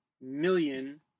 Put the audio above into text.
million